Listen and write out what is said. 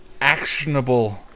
actionable